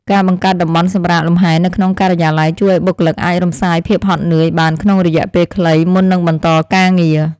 ការបង្កើតតំបន់សម្រាកលម្ហែនៅក្នុងការិយាល័យជួយឱ្យបុគ្គលិកអាចរំសាយភាពហត់នឿយបានក្នុងរយៈពេលខ្លីមុននឹងបន្តការងារ។